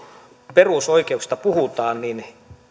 perusoikeuksista puhutaan niin